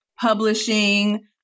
publishing